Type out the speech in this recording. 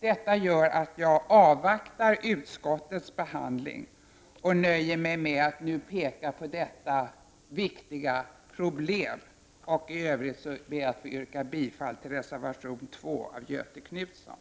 Detta gör att jag avvaktar utskottets behandling och nöjer mig med att nu peka på detta viktiga problem. I övrigt ber jag att få yrka bifall till reservation 2 av Göthe Knutson.